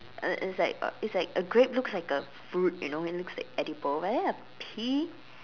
it it's like a it's like a grape looks like a fruit you know it looks edible but then a pea